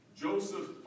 Joseph